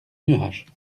nuages